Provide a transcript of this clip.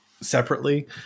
separately